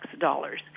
dollars